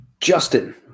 Justin